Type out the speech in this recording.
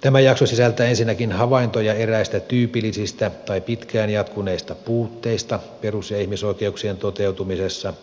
tämä jakso sisältää ensinnäkin havaintoja eräistä tyypillisistä tai pitkään jatkuneista puutteista perus ja ihmisoikeuksien toteutumisessa